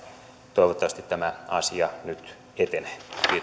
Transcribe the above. toivottavasti tämä asia nyt etenee